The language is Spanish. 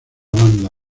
banda